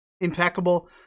impeccable